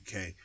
UK